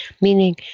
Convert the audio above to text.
Meaning